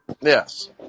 Yes